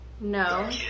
No